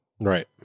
right